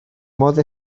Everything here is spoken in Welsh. modd